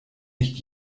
nicht